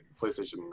PlayStation